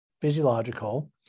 physiological